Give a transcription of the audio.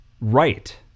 right